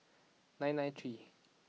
nine nine three